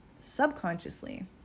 Subconsciously